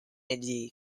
entity